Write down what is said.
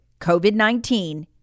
COVID-19